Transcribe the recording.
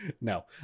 No